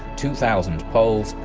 two thousand poles,